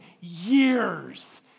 years